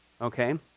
okay